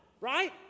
right